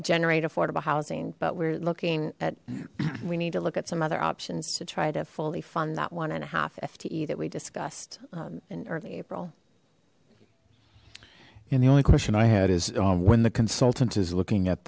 generate affordable housing but we're looking at we need to look at some other options to try to fully fund that one and a half fte that we discussed in early april and the only question i had is when the consultant is looking at